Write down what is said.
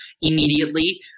immediately